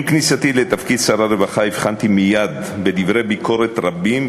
עם כניסתי לתפקיד שר הרווחה הבחנתי מייד בדברי ביקורת רבים,